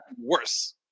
worse